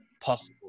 possible